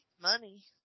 Money